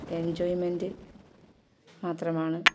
enjoyment മാത്രമാണ്